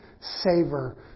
savor